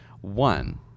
One